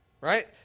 Right